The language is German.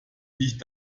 dich